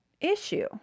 issue